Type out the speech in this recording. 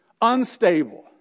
Unstable